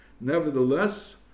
nevertheless